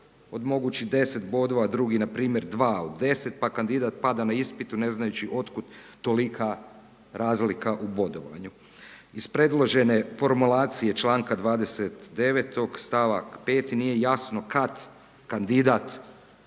od mogućih 10 bodova, drugi npr. 2 od 10, pa kandidat pada na ispitu ne znajući od kud tolika razlika u bodovanju. Iz predložene formulacije članka 29., st. 5. nije jasno kad kandidat